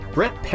Brett